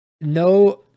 no